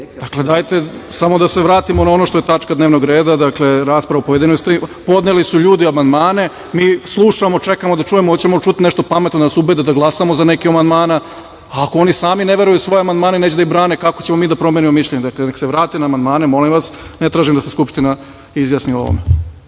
da hoću. Dajte samo da se vratimo na ono što je tačka dnevnog reda, rasprava u pojedinostima. Podneli su ljudi amandmane. Mi slušamo, čekamo da čujemo hoćemo li čuti nešto pametno da nas ubede da glasamo za neke od amandman. Ako oni sami ne veruju u svoje amandmane, neće da ih brane, kako ćemo mi da promenimo mišljenje? Neka se vrate na amandmane. Ne tražim da se Skupština izjasni o ovome.